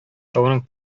тауның